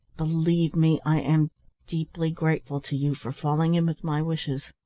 believe me, i am deeply grateful to you for falling in with my wishes.